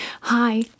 Hi